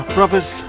Brothers